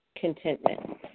contentment